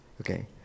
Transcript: okay